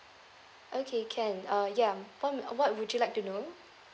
okay can uh ya um what what would you like to know